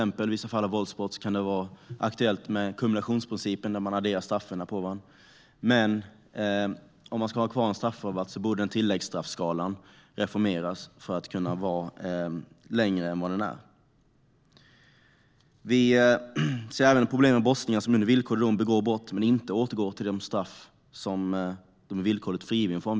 Vid vissa fall av våldsbrott kan det vara aktuellt med kumulationsprincipen, där man adderar straffen på varandra. Om man ska ha kvar en straffrabatt borde tilläggsstraffskalan reformeras och bli längre. Vi ser även problem med brottslingar som under villkorlig dom begår brott men inte återgår till de straff de är villkorligt frigivna från.